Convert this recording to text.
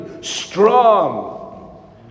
Strong